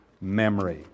memory